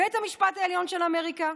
בית המשפט העליון של אמריקה,